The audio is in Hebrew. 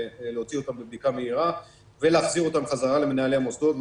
על הוצאתן לבדיקה מהירה ועל החזרתן חזרה למנהלי המוסדות,